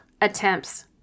attempts